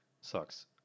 sucks